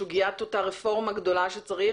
וסוגיית הרפורמה הגדולה שצריך,